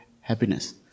happiness